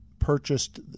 Purchased